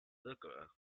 circular